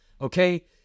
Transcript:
Okay